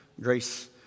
Grace